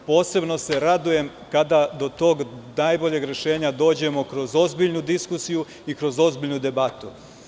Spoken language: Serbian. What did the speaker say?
Posebno se radujem kada do tog najboljeg rešenja dođemo kroz ozbiljnu diskusiju i kroz ozbiljnu debatu.